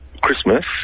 Christmas